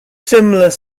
similar